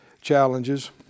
challenges